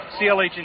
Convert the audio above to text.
CLH